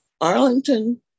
Arlington